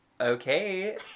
okay